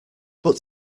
but